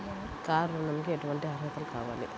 Car ఋణంకి ఎటువంటి అర్హతలు కావాలి?